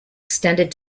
extended